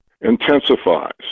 intensifies